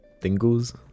Dingles